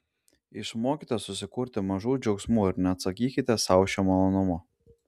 išmokite susikurti mažų džiaugsmų ir neatsakykite sau šio malonumo